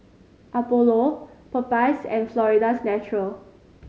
Apollo Popeyes and Florida's Natural